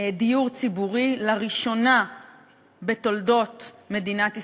דיור ציבורי לראשונה בתולדות מדינת ישראל.